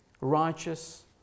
righteous